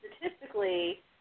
statistically